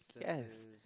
Yes